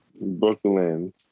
Brooklyn